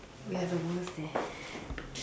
we have the worst eh